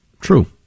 true